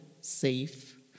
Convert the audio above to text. safe